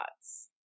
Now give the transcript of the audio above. thoughts